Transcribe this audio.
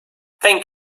thank